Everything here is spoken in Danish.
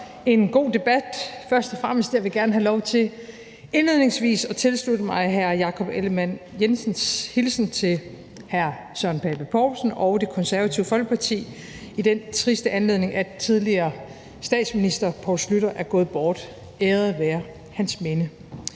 en god debat. Først og fremmest vil jeg gerne have lov til indledningsvis at tilslutte mig hr. Jakob Ellemann-Jensens hilsen til hr. Søren Pape Poulsen og Det Konservative Folkeparti i den triste anledning, at tidligere statsminister Poul Schlüter er gået bort. Æret være hans minde.